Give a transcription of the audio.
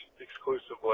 exclusively